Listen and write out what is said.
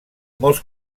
molts